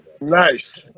Nice